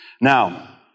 Now